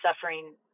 suffering